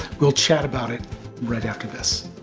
we'll chat about it right after this.